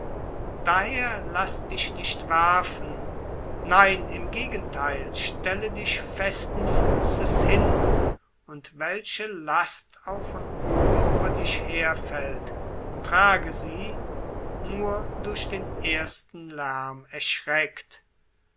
daher laß dich nicht werfen nein im gegentheil stelle dich festen fußes hin und welche last auch von oben über dich herfällt trage sie nur durch ersten lärm erschreckt